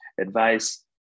advice